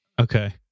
Okay